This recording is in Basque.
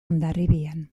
hondarribian